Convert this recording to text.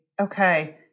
Okay